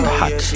hot